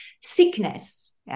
sickness